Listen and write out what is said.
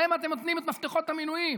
להם אתם נותנים את מפתחות המינויים.